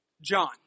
John